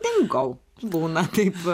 dingau būna taip